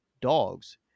dogs